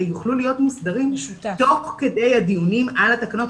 יוכלו להיות מוסדרים תוך כדי הדיונים על התקנות.